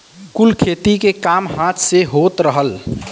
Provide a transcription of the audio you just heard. कुल खेती के काम हाथ से होत रहल